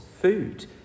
food